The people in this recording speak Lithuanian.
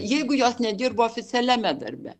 jeigu jos nedirbo oficialiame darbe